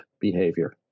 behavior